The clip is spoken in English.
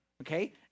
okay